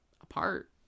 apart